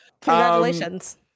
Congratulations